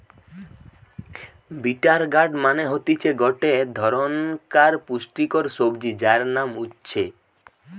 bitter gourd মানে হতিছে গটে ধরণকার পুষ্টিকর সবজি যার নাম উচ্ছে